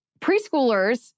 preschoolers